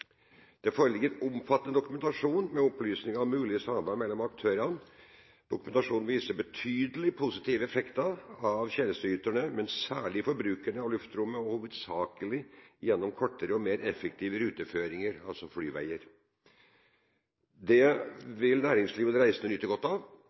Det foreligger omfattende dokumentasjon med analyser av mulig samarbeid mellom aktørene. Dokumentasjonen viser betydelige positive effekter for tjenesteyterne, men særlig for brukerne av luftrommet, hovedsakelig gjennom kortere og mer effektive ruteføringer, altså flyveier.